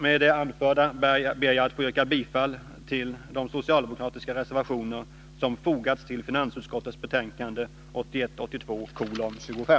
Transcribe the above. Med det anförda ber jag att få yrka bifall till de socialdemokratiska reservationer som fogats till finansutskottets betänkande 1981/82:25.